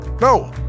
No